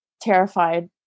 terrified